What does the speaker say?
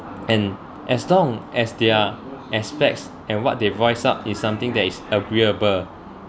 and as long as they're aspects and what they voice up is something that is agreeable